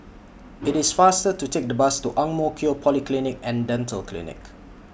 IT IS faster to Take The Bus to Ang Mo Kio Polyclinic and Dental Clinic